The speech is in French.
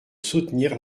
soutenir